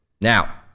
Now